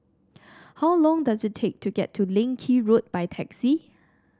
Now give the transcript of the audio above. how long does it take to get to Leng Kee Road by taxi